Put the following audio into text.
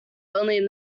only